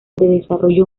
desarrollo